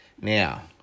Now